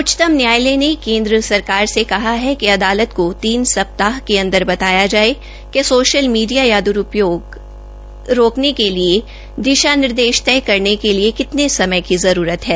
उच्चतम न्यायालय ने केन्द्र सरकार से कहा है कि अदालत को तीन सप्ताह के अंदार बताया जाये कि सोशल मीडिया का द्रूपयोग रोकने के लिए दिशा निर्देश तय करने के लिए कितने समय की जरूरत है